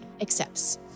accepts